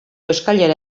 eskailera